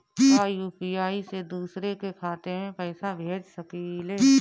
का यू.पी.आई से दूसरे के खाते में पैसा भेज सकी ले?